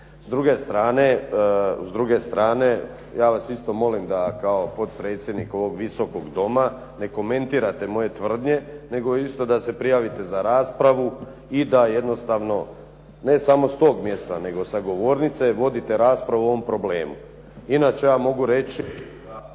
S druge strane, ja vas isto molim da kao potpredsjednik ovog Visokog doma ne komentirate moje tvrdnje nego isto da se prijavite za raspravu i da jednostavno ne samo s toga mjesta, nego sa govornice vodite raspravu o ovom problemu. Inače ja mogu reći